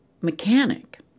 mechanic